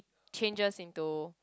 changes into